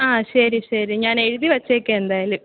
ആ ശരി ശരി ഞാൻ എഴുതി വച്ചേക്കാം എന്തായാലും